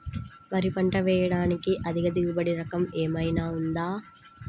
వరి పంట వేయటానికి అధిక దిగుబడి రకం ఏమయినా ఉందా?